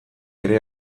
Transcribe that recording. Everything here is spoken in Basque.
ere